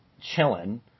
chilling